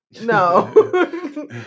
no